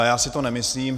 Já si to nemyslím.